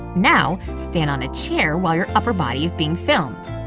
now stand on a chair while your upper body is being filmed.